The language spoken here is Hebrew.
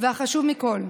והחשוב מכול,